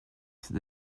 c’est